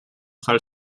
hall